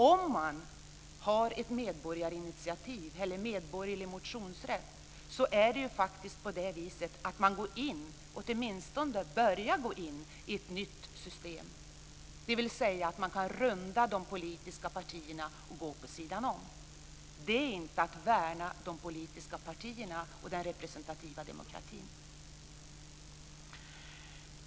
Om man har ett medborgarinitiativ eller medborgerlig motionsrätt går man faktiskt in, eller börjar åtminstone gå in, i ett nytt system, dvs. att man kan runda de politiska partierna och gå vid sidan om. Det är inte att värna de politiska partierna och den representativa demokratin.